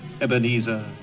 Ebenezer